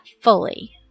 fully